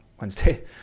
Wednesday